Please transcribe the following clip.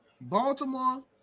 Baltimore